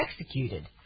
executed